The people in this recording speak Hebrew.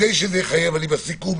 לסיכום,